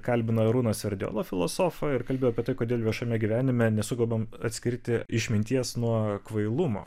kalbino arūną sverdiolą filosofą ir kalbėjo apie tai kodėl viešame gyvenime nesugebam atskirti išminties nuo kvailumo